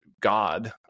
God